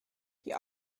die